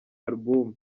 album